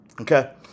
Okay